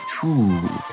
Two